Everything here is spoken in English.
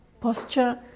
posture